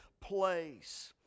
place